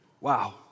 Wow